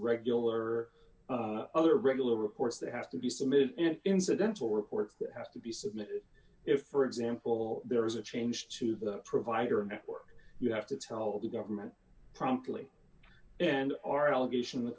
regular other regular reports that have to be submitted an incidental reports that have to be submitted if for example there is a change to the provider network you have to tell the government promptly and our allegation